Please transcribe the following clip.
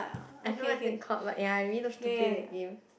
I don't know what's it called but ya I really love to play that game